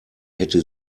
hätte